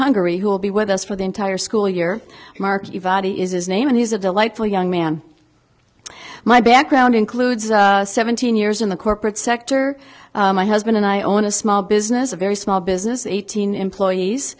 hungary who will be with us for the entire school year mark eva he is his name and he's a delightful young man my background includes seventeen years in the corporate sector my husband and i own a small business a very small business eight hundred employees